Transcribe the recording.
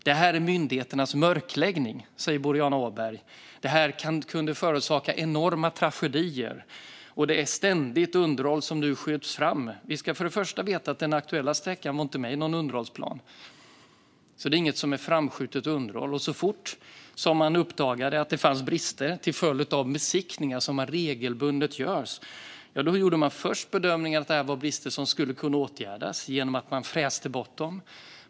Det här är myndigheternas mörkläggning, säger Boriana Åberg. Detta kunde ha förorsakat enorma tragedier. Det är ständigt underhåll som nu skjuts fram. Vi ska först och främst veta att den aktuella sträckan inte var med i någon underhållsplan. Det är därför inte fråga om något framskjutet underhåll. Så fort man efter besiktningar som man regelbundet gör uppdagade att det fanns brister gjorde man först bedömningen att detta var brister som skulle kunna åtgärdas genom att man fräste bort dem.